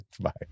Bye